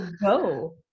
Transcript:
go